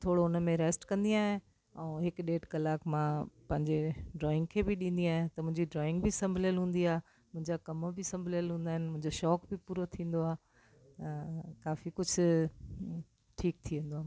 त थोरो उन में रैस्ट कंदी आहियां ऐं हिकु ॾेढ कलाकु मां पंहिंजे ड्रॉइंग खे बि ॾींदी आहियां त मुंहिंजी ड्रॉइंग बि संभलियल हूंदी आहे मुंहिंजा कमु बि संभलियल हूंदा आहिनि मुंहिंजो शौक़ बि पूरो थींदो आहे काफ़ी कुझु ठीक़ु थी वेंदो आहे